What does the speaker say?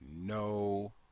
no